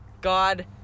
God